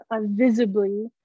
visibly